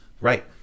right